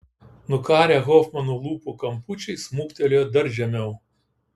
nukarę hofmano lūpų kampučiai smuktelėjo dar žemiau